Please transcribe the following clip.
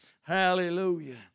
Hallelujah